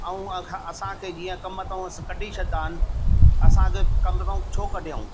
ऐं अखि असांखे जीअं कमु था कढी छॾंदा आहिनि असांखे कमु था छो कढियो